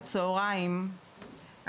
בצוהריים,